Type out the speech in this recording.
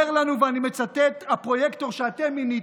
אומר לנו, ואני מצטט, הפרויקטור שאתם מיניתם,